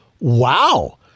wow